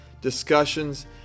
discussions